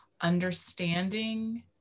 understanding